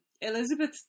elizabeth